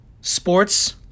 sports